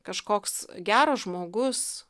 kažkoks geras žmogus